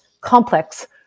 complex